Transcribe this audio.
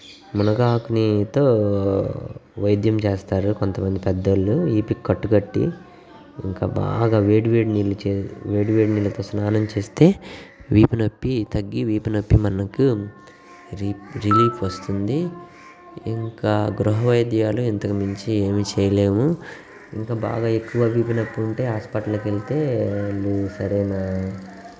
మునగాకుతో వైద్యం చేస్తారు కొంతమంది పెద్ద వాళ్ళు వీపుకి కట్టు కట్టి ఇంక బాగా వేడి వేడి నీళ్ళు వేడి వేడి నీళ్ళతో స్నానం చేస్తే వీపునొప్పి తగ్గి వీపునొప్పి మనకు రీ రిలీఫ్ వస్తుంది ఇంకా గృహవైద్యాలు ఇంతకుమించి ఏమీ చేయలేము ఇంకా బాగా ఎక్కువ వీపునొప్పి ఉంటే హాస్పిటల్కి వెళితే నువ్వు సరైన